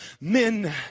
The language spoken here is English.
men